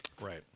Right